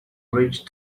rich